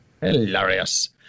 Hilarious